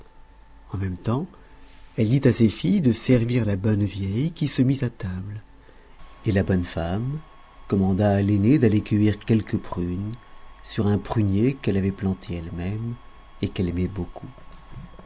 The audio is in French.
en même temps elle dit à ses filles de servir la bonne vieille qui se mit à table et la bonne femme commanda à l'aînée d'aller cueillir quelques prunes qu'elle avait planté elle-même et qu'elle aimait beaucoup